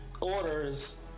orders